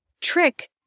trick